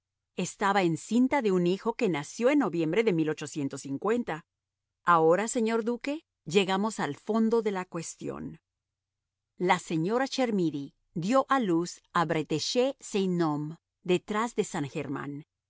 estaba encinta de un hijo que nació en noviembre de ahora señor duque llegamos al fondo de la cuestión la señora chermidy dio a luz en bretéche saint nom detrás de san germán